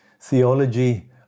theology